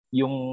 yung